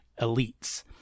elites